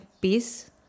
peace